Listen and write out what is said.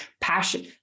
passion